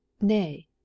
nay